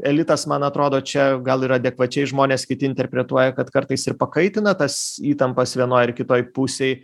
elitas man atrodo čia gal ir adekvačiai žmonės kiti interpretuoja kad kartais ir pakaitina tas įtampas vienoj ar kitoj pusėj